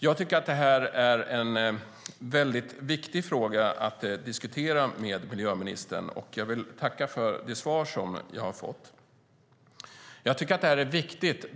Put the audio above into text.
Jag tycker att det här är en viktig fråga att diskutera med miljöministern, och jag vill tacka för det svar som jag har fått. Jag tycker att det här är viktigt.